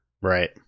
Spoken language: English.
Right